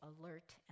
alert